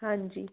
ਹਾਂਜੀ